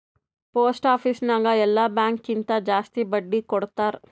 post office ನಾಗ್ ಎಲ್ಲಾ bank ಕಿಂತಾ ಜಾಸ್ತಿ ಬಡ್ಡಿ ಕೊಡ್ತಾರ್